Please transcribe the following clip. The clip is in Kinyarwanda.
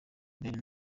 mbere